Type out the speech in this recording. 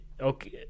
Okay